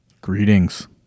Greetings